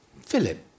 Philip